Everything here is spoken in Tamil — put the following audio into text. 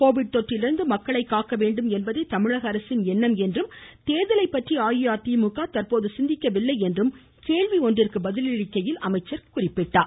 கோவிட் தொற்றிலிருந்து மக்களை காக்க வேண்டும் என்பதே தமிழக அரசின் எண்ணம் என்றும் தேர்தலை பற்றி அஇஅதிமுக தற்போது சிந்திக்கவில்லை என்றும் கேள்வி ஒன்றிற்கு பதிலளிக்கையில் அவர் குறிப்பிட்டார்